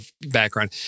background